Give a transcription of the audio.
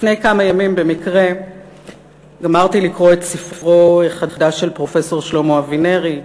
לפני כמה ימים במקרה גמרתי לקרוא את ספרו החדש של פרופסור שלמה אבינרי,